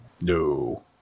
No